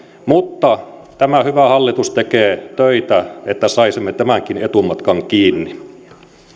mutta tämä hyvä hallitus tekee töitä että saisimme tämänkin etumatkan kiinni